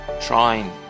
trying